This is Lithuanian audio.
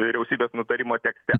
vyriausybės nutarimo tekste